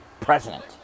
president